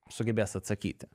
sugebės atsakyti